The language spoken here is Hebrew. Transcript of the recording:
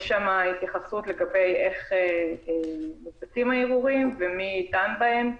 יש שם התייחסות לגבי איך מוגשים הערעורים ומי דן בהם.